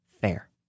fair